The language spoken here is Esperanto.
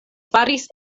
faris